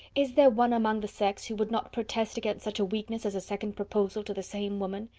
is there one among the sex, who would not protest against such a weakness as a second proposal to the same woman?